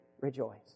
rejoice